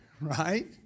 right